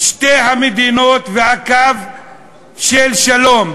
שתי המדינות והקו של שלום,